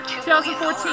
2014